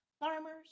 Farmers